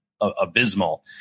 abysmal